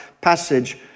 passage